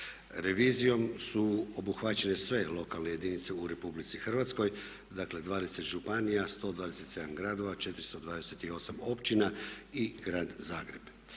Revizijom su obuhvaćene sve lokalne jedinice u RH, dakle 20 županija, 127 gradova, 428 općina i grad Zagreb.